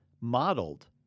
modeled